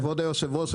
כבוד היושב ראש,